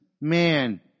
man